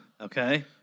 Okay